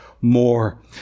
more